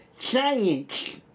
Science